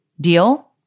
Deal